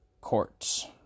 Courts